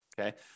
okay